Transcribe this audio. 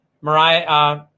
Mariah